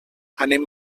anem